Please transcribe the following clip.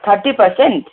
thirty percent